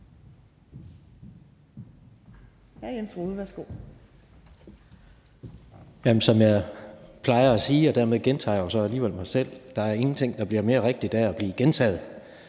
Jens Rohde (KD): Som jeg plejer at sige – og dermed gentager jeg så alligevel mig selv – er der ingenting, der bliver mere rigtigt af at blive gentaget.